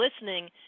listening